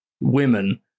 women